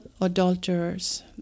adulterers